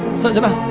sanjana!